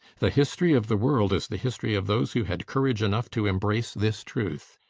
the history of the world is the history of those who had courage enough to embrace this truth.